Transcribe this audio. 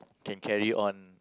can carry on